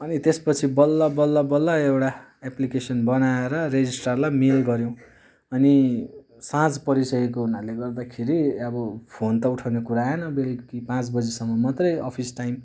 अनि त्यसपछि बल्ल बल्ल बल्ल एउटा एप्लिकेसन बनाएर रेजिस्ट्रारलाई मेल गऱ्यौँ अनि साँझ परिसकेको हुनाले गर्दाखेरि अब फोन त उठाउने कुरा आएन बेलुकी पाँच बजीसम्म मात्रै अफिस टाइम